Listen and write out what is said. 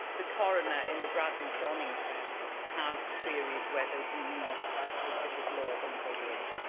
the coroner in the bradley john inquest has queried whether we need a specific law on bullying.